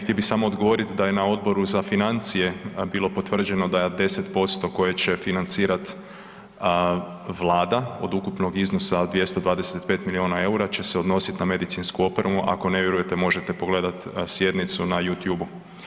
Htio bih samo odgovoriti da je na Odboru za financije bilo potvrđeno da 10% koje će financirati Vlada, od ukupnog iznosa od 225 milijuna eura će se odnositi na medicinsku opremu, ako ne vjerujete, možete pogledati sjednicu na Youtubeu.